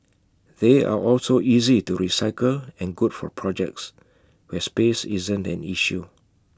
they are also easy to recycle and good for projects where space isn't an issue